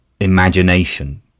imagination